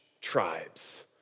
tribes